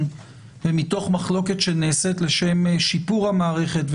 ומתוך מחלוקת שנעשית לשם שיפור המערכת,